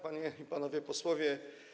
Panie i Panowie Posłowie!